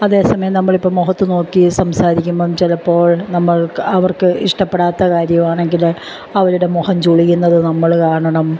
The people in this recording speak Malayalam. അതേ സമയം നമ്മൾ ഇപ്പോൾ മുഖത്തു നോക്കി സംസാരിക്കുമ്പം ചിലപ്പോൾ നമ്മൾക്ക് അവർക്ക് ഇഷ്ടപ്പെടാത്ത കാര്യവാണെങ്കിൽ അവരുടെ മുഖം ചുളിയുന്നത് നമ്മൾ കാണണം